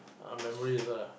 ah memories ah